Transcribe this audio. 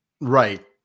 Right